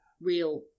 real